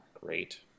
great